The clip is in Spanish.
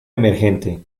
emergente